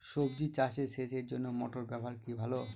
সবজি চাষে সেচের জন্য মোটর ব্যবহার কি ভালো?